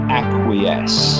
acquiesce